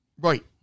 Right